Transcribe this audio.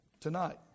tonight